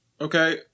okay